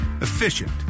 efficient